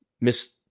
Miss